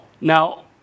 Now